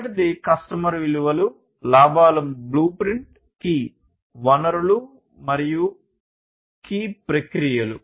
మొదటిది కస్టమర్ విలువలు లాభాల బ్లూప్రింట్ కీ ప్రక్రియలు